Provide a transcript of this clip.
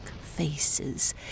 faces